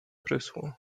prysło